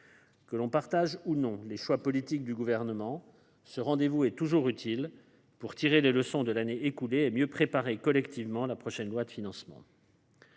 Que l’on partage ou non les choix politiques du Gouvernement, ce rendez vous est toujours utile pour tirer les leçons de l’année écoulée et mieux préparer collectivement le prochain projet de loi de financement